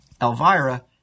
Elvira